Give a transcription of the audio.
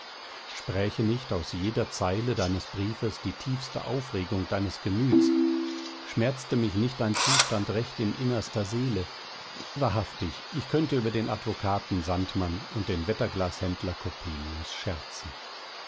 spräche nicht aus jeder zeile deines briefes die tiefste aufregung deines gemüts schmerzte mich nicht dein zustand recht in innerster seele wahrhaftig ich könnte über den advokaten sandmann und den wetterglashändler coppelius scherzen